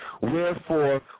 Wherefore